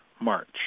March